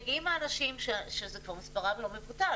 אם האנשים שמספרם לא מבוטל,